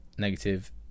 negative